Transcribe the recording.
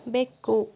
ಬೆಕ್ಕು